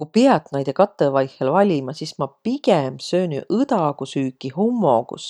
Ku piät naidõ katõ vaihõl valima, sis ma pigemb söönüq õdagusüüki hummogus.